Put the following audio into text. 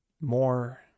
more